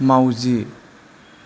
माउजि